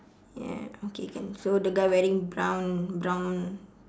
ya okay can so the guy wearing brown brown